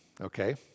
Okay